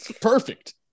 Perfect